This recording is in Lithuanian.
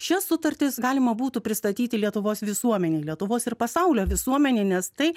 šias sutartis galima būtų pristatyti lietuvos visuomenei lietuvos ir pasaulio visuomenei nes tai